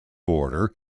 border